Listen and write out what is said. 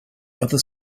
other